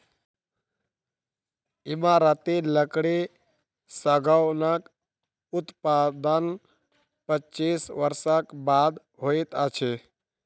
इमारती लकड़ी सागौनक उत्पादन पच्चीस वर्षक बाद होइत अछि